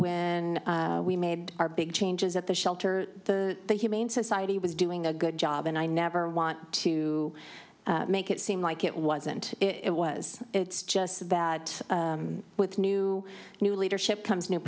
when we made our big changes at the shelter the humane society was doing a good job and i never want to make it seem like it wasn't it was it's just bad with new new leadership comes new